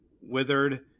withered